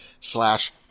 slash